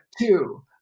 two